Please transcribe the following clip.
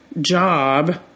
job